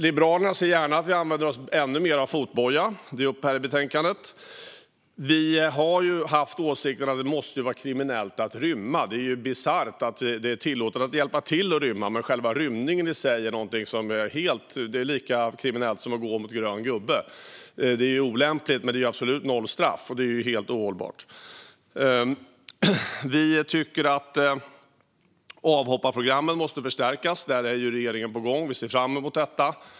Liberalerna ser gärna att fotboja används ännu mer. Det tas upp i betänkandet. Vi har haft åsikten att det måste vara kriminellt att rymma. Det är bisarrt att det är tillåtet att hjälpa till att rymma. Men själva rymningen i sig är någonting som är lika kriminellt som att gå mot röd gubbe. Det är olämpligt, men det innebär absolut noll straff. Detta är helt ohållbart. Vi tycker att avhopparprogrammen måste förstärkas. Där är regeringen på gång, och vi ser fram emot detta.